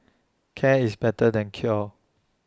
care is better than cure